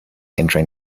entering